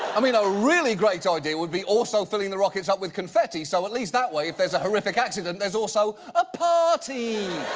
i mean, a really great idea would be also filling the rockets up with confetti, so at least that way if there's a horrific accident, there's also a party!